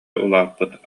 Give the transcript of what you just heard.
улааппыт